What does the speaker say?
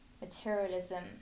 materialism